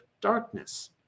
darkness